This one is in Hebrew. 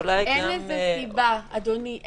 אין לזה סיבה, אדוני.